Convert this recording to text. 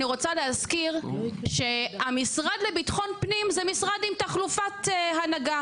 אני רוצה להזכיר שהמשרד לביטחון פנים זה משרד עם תחלופת הנהגה.